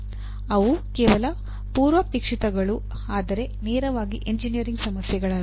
ಅವು ಕೇವಲ ಪೂರ್ವಾಪೇಕ್ಷಿತಗಳು ಆದರೆ ನೇರವಾಗಿ ಎಂಜಿನಿಯರಿಂಗ್ ಸಮಸ್ಯೆಗಳಲ್ಲ